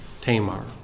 Tamar